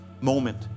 moment